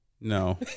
No